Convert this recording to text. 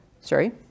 Sorry